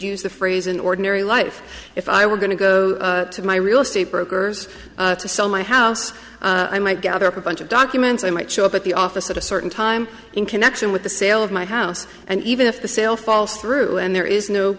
use the phrase in ordinary life if i were going to go to my real estate brokers to sell my house i might gather up a bunch of documents i might show up at the office at a certain time in connection with the sale of my house and even if the sale falls through and there is no